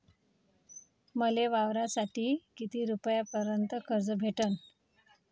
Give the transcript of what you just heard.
मले वावरासाठी किती रुपयापर्यंत कर्ज भेटन?